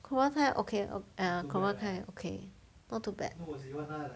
cobra kai okay ya cobra kai okay not too bad